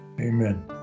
Amen